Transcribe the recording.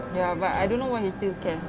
ya but I don't know why he still care